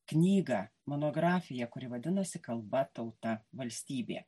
knygą monografiją kuri vadinasi kalba tauta valstybė